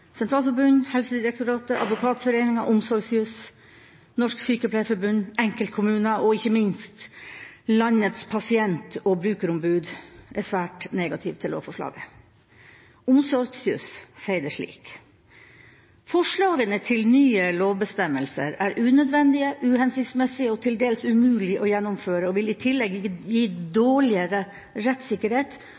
Sentralforbund, Helsedirektoratet, Advokatforeningen, Omsorgsjuss, Norsk Sykepleierforbund, enkeltkommuner og ikke minst landets pasient- og brukerombud, er svært negative til lovforslaget. Omsorgsjuss sier det slik: «Forslagene til nye lovbestemmelser er unødvendige, uhensiktsmessige og til dels umulige å gjennomføre, og vil i tillegg gi dårligere rettssikkerhet